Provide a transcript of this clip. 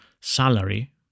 salary